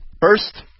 First